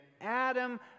Adam